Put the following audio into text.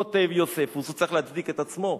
כותב יוספוס, הוא צריך להצדיק את עצמו,